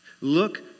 Look